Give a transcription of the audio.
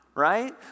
Right